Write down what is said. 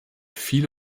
viele